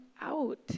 out